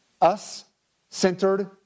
us-centered